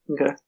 Okay